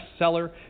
bestseller